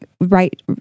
right